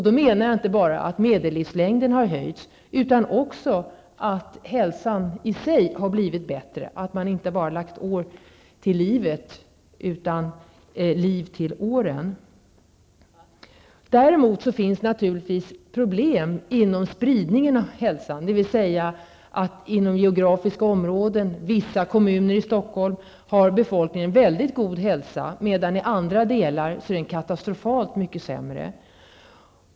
Det är inte bara medellivslängden som har höjts, utan det är också hälsan i sig som har blivit bättre, dvs. man har inte bara lagt år till livet, utan liv till åren. Däremot finns det naturligtvis problem när det gäller spridningen av hälsan. I vissa delar av Stockholmsområdet har befolkningen väldigt god hälsa, medan hälsan i andra delar är katastrofalt mycket sämre.